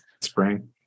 spring